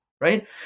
right